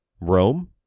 Rome